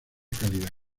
calidad